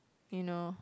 you know